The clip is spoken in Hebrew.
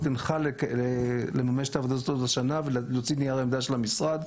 הנחה לממש את העבודה הזאת עוד השנה ולהוציא נייר עמדה של המשרד.